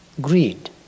greed